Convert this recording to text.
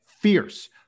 fierce